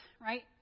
right